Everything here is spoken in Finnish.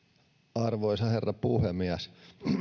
arvoisa herra puhemies